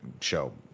show